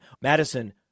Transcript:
Madison